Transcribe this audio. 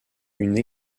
une